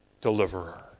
Deliverer